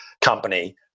company